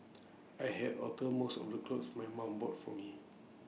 I had alter most of the clothes my mum bought for me